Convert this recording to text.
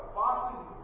passing